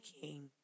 King